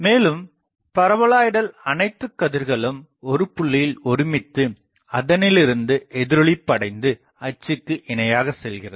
மேலும் பாரபோலாயிடல் அனைத்து கதிர்களும் ஒரு புள்ளியில் ஒருமித்து அதனிலிருந்து எதிரொளிப்பு அடைந்து அச்சுக்கு இணையாகச் செல்கிறது